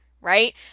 right